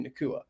Nakua